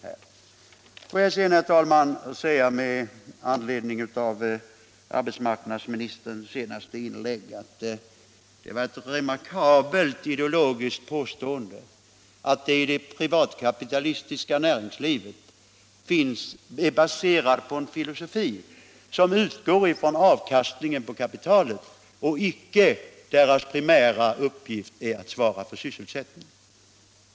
I sitt senaste inlägg förklarade arbetsmarknadsministern att det var ett remarkabelt ideologiskt påstående att det privatkapitalistiska näringslivet är baserat på en filosofi, som utgår från avkastningen på kapitalet och inte anser det vara kapitalets primära uppgift att svara för sysselsättningen.